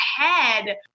ahead